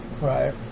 right